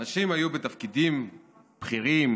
אנשים היו בתפקידים בכירים,